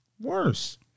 worse